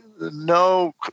no